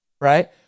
Right